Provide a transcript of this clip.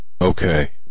Okay